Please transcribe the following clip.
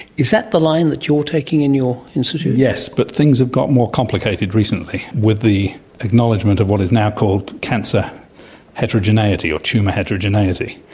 is that the line that you are taking in your institute? yes, but things have got more complicated recently with the acknowledgement of what is now called cancer heterogeneity or tumour heterogeneity.